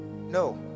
no